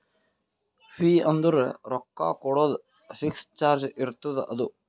fee ಅಂದುರ್ ರೊಕ್ಕಾ ಕೊಡೋದು ಫಿಕ್ಸ್ ಚಾರ್ಜ್ ಇರ್ತುದ್ ಅದು